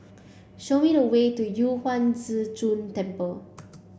show me the way to Yu Huang Zhi Zun Temple